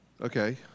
Okay